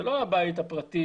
זה לא הבית הפרטי